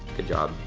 good job.